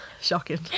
Shocking